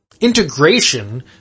integration